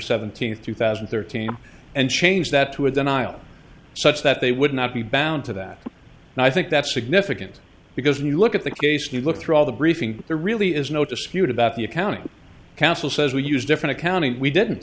seventeenth two thousand and thirteen and changed that to a denial such that they would not be bound to that and i think that's significant because when you look at the case you look through all the briefing there really is no dispute about the accounting council says we use different accounting we didn't